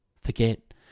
Forget